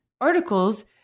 articles